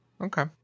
Okay